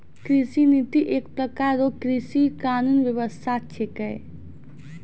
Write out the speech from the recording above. कृषि नीति एक प्रकार रो कृषि कानून व्यबस्था छिकै